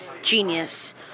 Genius